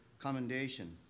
commendation